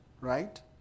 Right